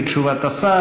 מסתפקים בתשובת השר.